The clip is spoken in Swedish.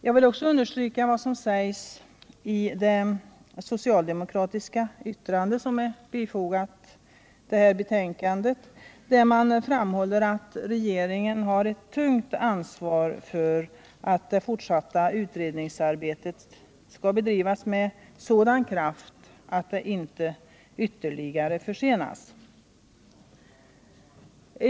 Jag vill också understryka vad som framhålls i det till betänkandet fogade socialdemokratiska yttrandet, nämligen att regeringen har ett tungt ansvar för att det fortsatta utredningsarbetet bedrivs med sådan Nr 48 kraft att det inte ytterligare försenas.